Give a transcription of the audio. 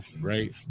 right